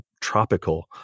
tropical